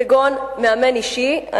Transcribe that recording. כגון מאמן אישי,